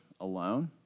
alone